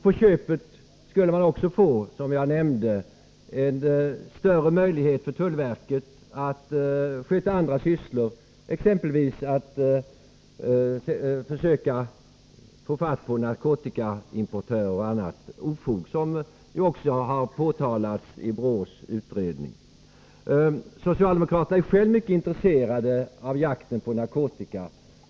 På köpet skulle, som jag nämnde, tullverket få större möjligheter att sköta andra sysslor, exempelvis att försöka få fast narkotikaimportörer och stävja annat ofog, något som också har påtalats i BRÅ:s utredning. a mycket intresserade av jakten på narkotika.